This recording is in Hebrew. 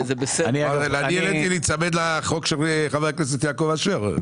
אני העליתי להיצמד לחוק של חבר הכנסת יעקב אשר.